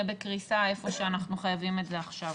בקריסה איפה שאנחנו חייבים את זה עכשיו.